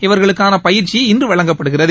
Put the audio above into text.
இவர்களுக்கான பயிற்சி இன்று வழங்கப்படுகிறது